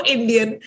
Indian